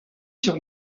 sur